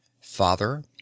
Father